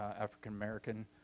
African-American